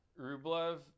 Rublev